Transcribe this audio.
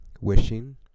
wishing